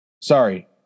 Sorry